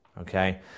okay